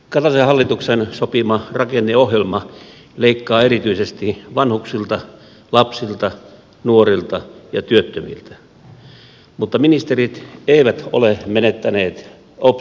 kataisen hallituksen sopima rakenneohjelma leikkaa erityisesti vanhuksilta lapsilta nuorilta ja työttömiltä mutta ministerit eivät ole menettäneet optimismiaan